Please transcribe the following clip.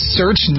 search